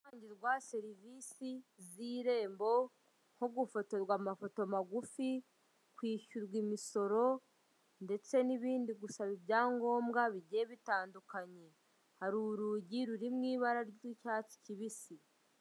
Ahatangirwa serivisi z'Irembo nko gufotorwa amafoto magufi, kwishyurwa imisoro ndetse n'ibindi gusaba ibyangombwa bigiye bitandukanye, hari urugi ruri mu ibara ry'icyatsi kibisi.